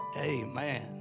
Amen